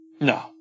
No